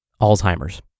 Alzheimer's